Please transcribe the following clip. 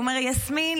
הוא אומר: יסמין,